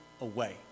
away